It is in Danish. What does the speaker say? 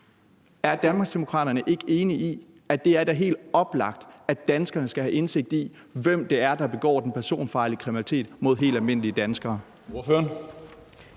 Er Danmarksdemokraterne ikke enige i, at det er helt oplagt, at danskerne skal have indsigt i, hvem det er, der begår den personfarlige kriminalitet mod helt almindelige danskere?